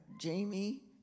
Jamie